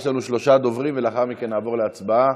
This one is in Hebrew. יש לנו שלושה דוברים, ולאחר מכן נעבור להצבעה.